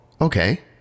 okay